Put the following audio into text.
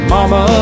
Mama